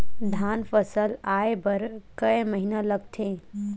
धान फसल आय बर कय महिना लगथे?